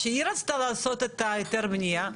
כשהיא רצתה לעשות היתר בנייה,